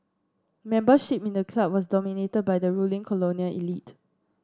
membership in the club was dominated by the ruling colonial elite